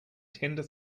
tender